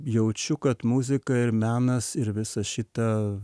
jaučiu kad muzika ir menas ir visa šita